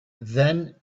then